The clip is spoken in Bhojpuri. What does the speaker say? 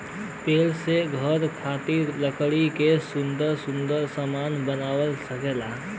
पेड़ से घरे खातिर लकड़ी क सुन्दर सुन्दर सामन बनवा सकेला